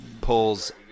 pulls